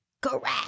Correct